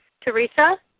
Teresa